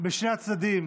בשני הצדדים,